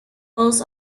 falls